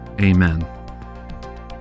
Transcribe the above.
amen